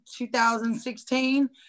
2016